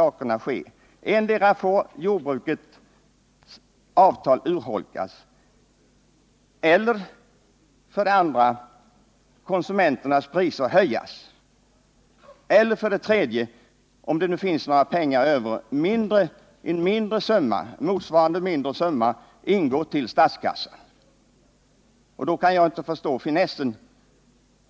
Antingen måste jordbruksavtalet urholkas, konsumentpriserna höjas eller — om det nu finns några pengar över — en motsvarande mindre summa ingå till statskassan. Och då kan jag inte förstå finessen